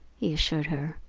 he assured her.